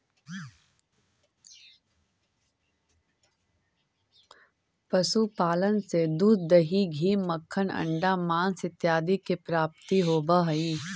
पशुपालन से दूध, दही, घी, मक्खन, अण्डा, माँस इत्यादि के प्राप्ति होवऽ हइ